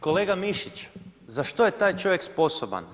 Kolega Mišić, za što je taj čovjek sposoban?